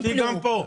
כן טיפלו.